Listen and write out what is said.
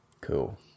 Cool